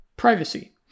Privacy